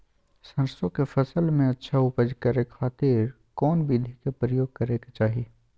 सरसों के फसल में अच्छा उपज करे खातिर कौन विधि के प्रयोग करे के चाही?